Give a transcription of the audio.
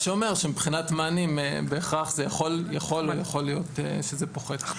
מבחינת מענים בהכרח יכול להיות שזה פוחת.